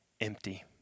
empty